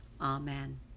Amen